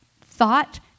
thought